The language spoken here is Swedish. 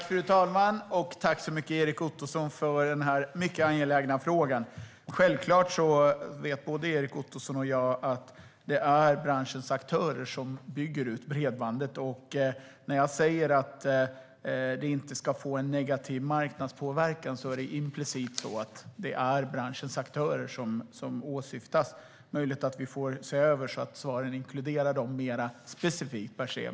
Fru talman! Jag vill tacka Erik Ottoson för den här mycket angelägna frågan. Självklart vet både Erik Ottoson och jag att det är branschens aktörer som bygger ut bredbandet. När jag säger att det inte ska få negativ marknadspåverkan är det implicit branschens aktörer som åsyftas. Det är möjligt att vi får se över svaren så att de inkluderas mer specifikt.